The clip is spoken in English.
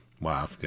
Wow